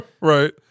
Right